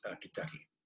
Kentucky